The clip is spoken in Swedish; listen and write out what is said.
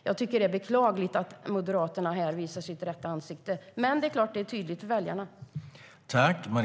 Jag tycker att det är beklagligt att detta är Moderaternas rätta ansikte, men det är klart - det blir tydligt för väljarna nu när Moderaterna visar det.